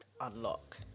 unlock